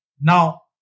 now